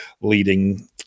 leading